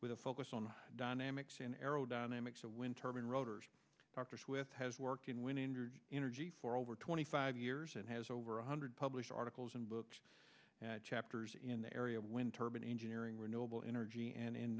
with a focus on dynamics in aerodynamics a wind turbine rotors doctors with has working with injured energy for over twenty five years and has over one hundred published articles and books chapters in the area wind turbine engineering renewable energy and in